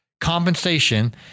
compensation